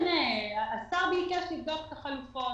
השר ביקש לבדוק את החלופות.